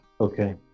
Okay